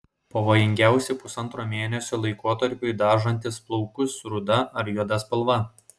pavojingiausi pusantro mėnesio laikotarpiui dažantys plaukus ruda ar juoda spalva